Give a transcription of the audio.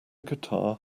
guitar